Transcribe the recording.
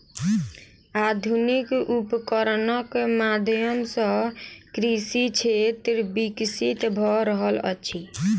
आधुनिक उपकरणक माध्यम सॅ कृषि क्षेत्र विकसित भ रहल अछि